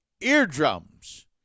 eardrums